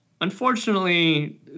Unfortunately